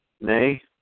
Nay